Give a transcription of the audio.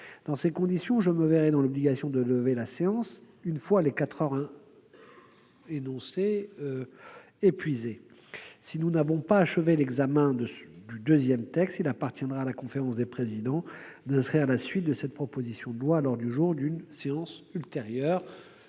Dans ces conditions, je me verrai dans l'obligation de lever la séance une fois ce délai épuisé. Si nous n'avons pas achevé l'examen du second texte, il appartiendra à la conférence des présidents d'inscrire la suite de la discussion de cette proposition de loi à l'ordre du jour d'une séance ultérieure.